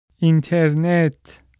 Internet